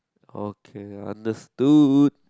okay understood